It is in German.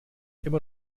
immer